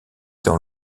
dans